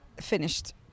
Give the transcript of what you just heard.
finished